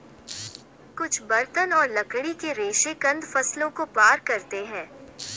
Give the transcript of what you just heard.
कुछ बर्तन और लकड़ी के रेशे कंद फसलों को पार करते है